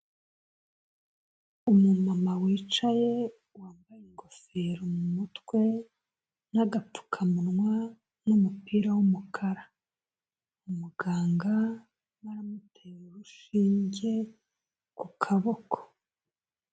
Umumama wicaye wambaye ingofero mu mutwe n'agapfukamunwa n'umupira w'umukara, umuganga arimo aramutera urushinge ku kaboko.